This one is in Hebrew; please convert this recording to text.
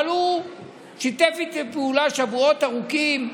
אבל הוא שיתף איתי פעולה שבועות ארוכים,